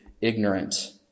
ignorant